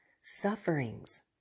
sufferings